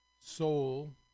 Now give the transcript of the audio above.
soul